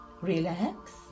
Relax